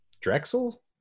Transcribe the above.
Drexel